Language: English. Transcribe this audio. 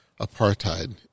apartheid